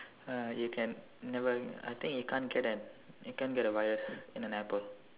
uh you can never I think you can't get an you can't get a virus in an apple